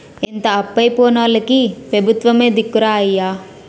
ఇంత అప్పయి పోనోల్లకి పెబుత్వమే దిక్కురా అయ్యా